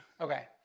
Okay